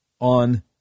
on